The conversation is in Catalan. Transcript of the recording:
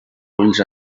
ulls